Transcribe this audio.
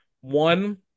One